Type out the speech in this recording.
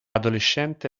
adolescente